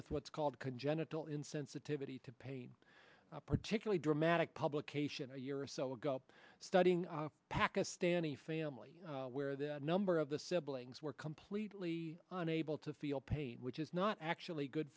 with what's called congenital insensitivity to pain particularly dramatic publication a year or so ago studying pakistani family where the number of the siblings were completely unable to feel pain which is not actually good